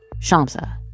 Shamsa